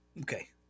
Okay